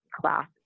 class